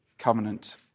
covenant